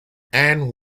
and